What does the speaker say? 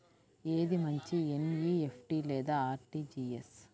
ఏది మంచి ఎన్.ఈ.ఎఫ్.టీ లేదా అర్.టీ.జీ.ఎస్?